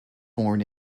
born